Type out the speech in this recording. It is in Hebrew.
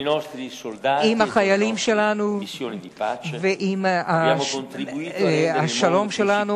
עם החיילים שלנו ועם כוחות השלום שלנו